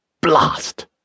Blast